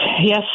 Yes